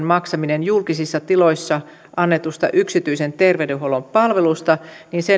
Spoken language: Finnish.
maksaminen julkisissa tiloissa annetusta yksityisen terveydenhuollon palvelusta